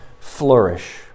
flourish